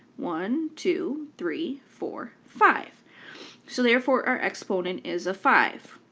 one, two, three, four, five so therefore our exponent is a five.